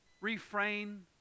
refrain